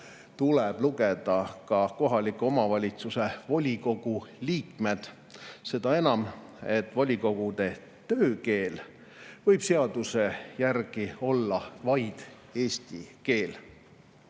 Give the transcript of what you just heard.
tuleb lugeda ka kohaliku omavalitsuse volikogu liikmed, seda enam, et volikogude töökeel võib seaduse järgi olla vaid eesti keel.